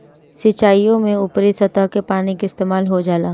सिंचाईओ में ऊपरी सतह के पानी के इस्तेमाल हो जाला